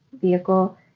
vehicle